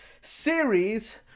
series